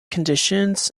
conditions